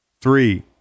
Three